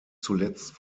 zuletzt